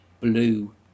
blue